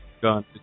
gun